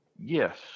Yes